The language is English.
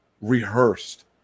rehearsed